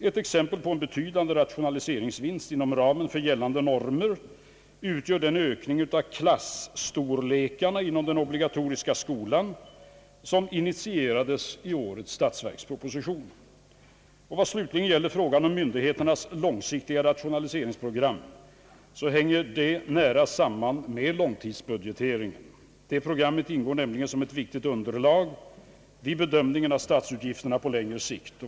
Ett exempel på en betydande rationaliseringsvinst inom ramen för gällande normer utgör den ökning av klasstorlekarna inom den obligatoriska skolan som initierades i årets statsverksproposition. Vad slutligen gäller frågan om myn digheternas långsiktiga rationaliseringsprogram hänger denna nära samman med långtidsbudgeteringen. Dessa program ingår nämligen som ett viktigt underlag vid bedömningen av statsutgifterna på längre sikt.